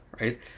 Right